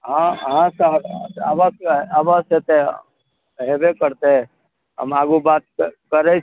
हँ हँ सर अवश्य अवश्य हेतै हेबे करतै हम आगू बात करै छी